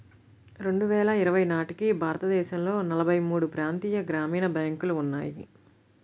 రెండు వేల ఇరవై నాటికి భారతదేశంలో నలభై మూడు ప్రాంతీయ గ్రామీణ బ్యాంకులు ఉన్నాయి